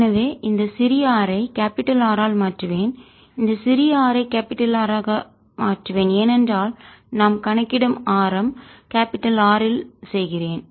எனவே இந்த சிறிய r ஐ கேபிடல் R ஆல் மாற்றுவேன் இந்த சிறிய r ஐ கேபிடல் R ஆக மாற்றுவேன் ஏனென்றால் நாம் கணக்கிடும் ஆரம் கேபிடல் R இல் செய்கிறேன்